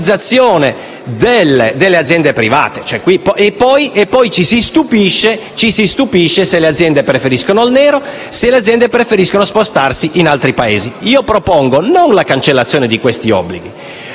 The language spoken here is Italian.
burocratizzazione delle aziende private. E poi ci si stupisce se le aziende preferiscono il nero e preferiscono spostarsi in altri Paesi. Io propongo, dunque, non la cancellazione di questi obblighi,